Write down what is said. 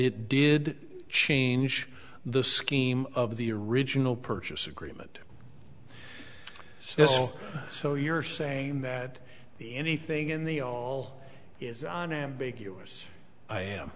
it did change the scheme of the original purchase agreement so so you're saying that the anything in the all is on ambiguous i am